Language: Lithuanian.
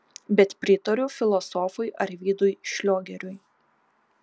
bet pritariu filosofui arvydui šliogeriui